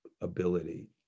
ability